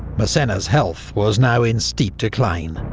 massena's health was now in steep decline.